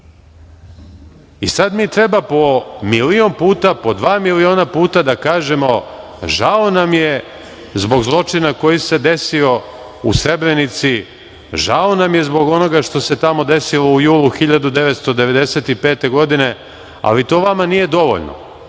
mi treba po milion puta, po dva miliona puta da kažemo – žao nam je zbog zločina koji se desio u Srebrenici, žao nam je zbog onoga što se tamo desilo u julu 1995. godine, ali to vama nije dovoljno,